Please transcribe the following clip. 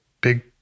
big